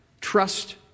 Trust